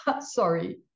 sorry